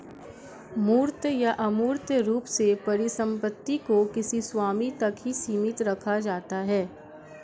मूर्त या अमूर्त रूप से परिसम्पत्ति को किसी स्वामी तक ही सीमित रखा जाता है